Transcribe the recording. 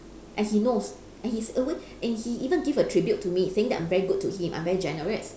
and he knows and he's always and he even give a tribute to me saying that I'm very good to him I'm very generous